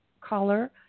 caller